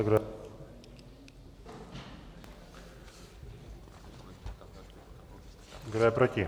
Kdo je proti?